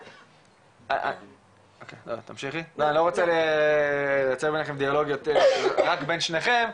אז לא רוצה לייצר דיאלוג רק בין שניכם,